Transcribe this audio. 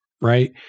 right